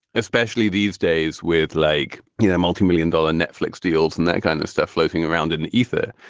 especially these days with like, you know, a multi-million dollar netflix deals and that kind of stuff floating around in the ether,